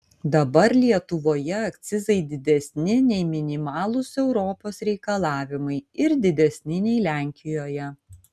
dabar lietuvoje akcizai didesni nei minimalūs europos reikalavimai ir didesni nei lenkijoje